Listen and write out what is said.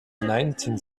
nineteen